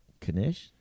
Kanish